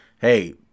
hey